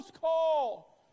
call